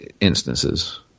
instances